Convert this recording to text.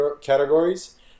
categories